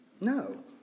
No